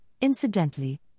Incidentally